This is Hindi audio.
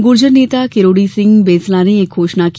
गुर्जर नेता किरोड़ी सिंह बेंसला ने यह घोषणा की